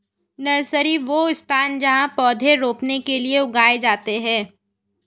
nursery, वह स्थान जहाँ पौधे रोपने के लिए उगाए जाते हैं